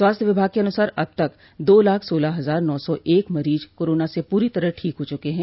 स्वास्थ्य विभाग के अनुसार अब तक दो लाख सोलह हजार नौ सौ एक मरीज कोरोना से पूरी तरह ठीक हो चुके हैं